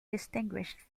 distinguished